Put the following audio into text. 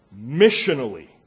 missionally